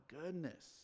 goodness